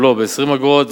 הבלו ב-20 אגורות.